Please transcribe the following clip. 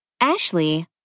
Ashley